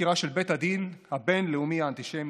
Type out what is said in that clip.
החקירה של בית הדין הבין-לאומי האנטישמי,